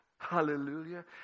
Hallelujah